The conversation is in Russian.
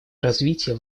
развития